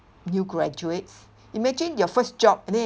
new graduates imagine your first job and then